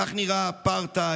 כך נראה האפרטהייד,